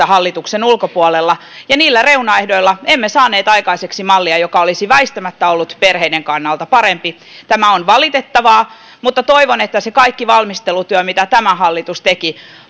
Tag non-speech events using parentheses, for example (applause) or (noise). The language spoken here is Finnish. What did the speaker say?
(unintelligible) hallituksen ulkopuolella niillä reunaehdoilla emme saaneet aikaiseksi mallia joka olisi väistämättä ollut perheiden kannalta parempi tämä on valitettavaa mutta toivon että se kaikki valmistelutyö mitä tämä hallitus teki